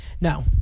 No